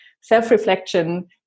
self-reflection